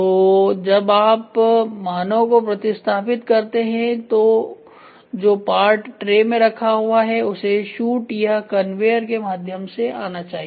तो जब आप मानव को प्रतिस्थापित करते हैं तो जो पार्ट ट्रे में रखा हुआ है उसे शूट या कन्वेयर के माध्यम से आना चाहिए